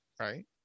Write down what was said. right